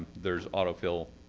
there's autofill.